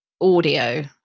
audio